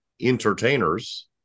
entertainers